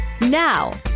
Now